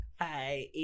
hi